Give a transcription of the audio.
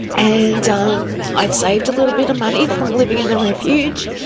and ah um i'd saved a little bit of money from living in the refuge.